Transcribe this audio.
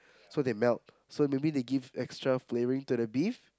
so they melt so maybe they give extra flavouring to the beef